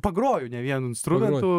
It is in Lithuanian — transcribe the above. pagroju ne vienu instrumentu